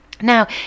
Now